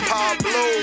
Pablo